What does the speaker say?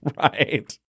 Right